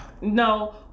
No